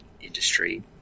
industry